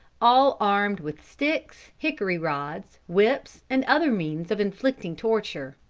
all armed with sticks, hickory rods, whips, and other means of inflicting torture.